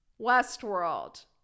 westworld